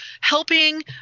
helping